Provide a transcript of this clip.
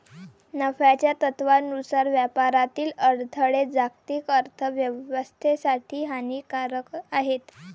नफ्याच्या तत्त्वानुसार व्यापारातील अडथळे जागतिक अर्थ व्यवस्थेसाठी हानिकारक आहेत